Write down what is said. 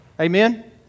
Amen